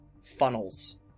funnels